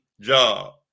job